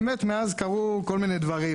מאז פברואר קרו כל מיני דברים.